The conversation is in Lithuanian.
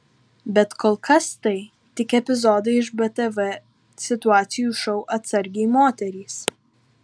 bet kol kas tai tik epizodai iš btv situacijų šou atsargiai moterys